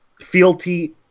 fealty